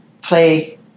play